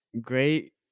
great